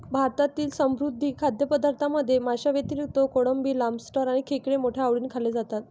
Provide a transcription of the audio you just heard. भारतातील समुद्री खाद्यपदार्थांमध्ये माशांव्यतिरिक्त कोळंबी, लॉबस्टर आणि खेकडे मोठ्या आवडीने खाल्ले जातात